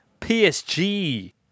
PSG